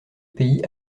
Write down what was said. pays